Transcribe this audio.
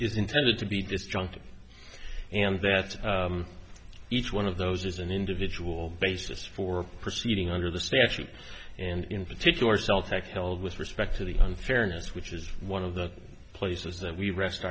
is intended to be disjunct and that each one of those is an individual basis for proceeding under the statutes and in particular celtic held with respect to the one fairness which is one of the places that we rest